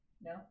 No